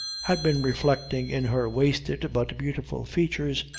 had been reflecting, in her wasted but beautiful features,